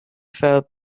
felt